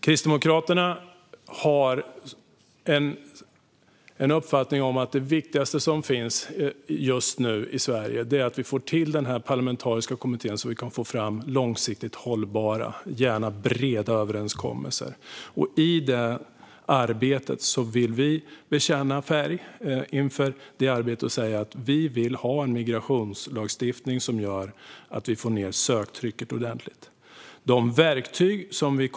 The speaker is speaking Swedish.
Kristdemokraterna har uppfattningen att det viktigaste som finns i Sverige just nu är att vi får till den parlamentariska kommittén så att vi kan få fram långsiktigt hållbara, gärna breda, överenskommelser. Inför det arbetet vill vi bekänna färg genom att säga vi vill ha en migrationslagstiftning som gör att vi får ned söktrycket ordentligt.